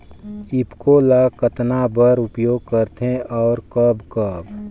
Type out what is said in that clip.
ईफको ल कतना बर उपयोग करथे और कब कब?